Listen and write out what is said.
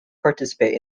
participate